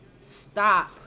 stop